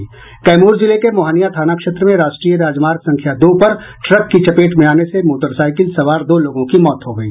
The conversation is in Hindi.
कैमूर जिले के मोहनिया थाना क्षेत्र में राष्ट्रीय राजमार्ग संख्या दो पर ट्रक की चपेट में आने से मोटरसाइकिल सवार दो लोगों की मौत हो गई